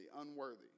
unworthy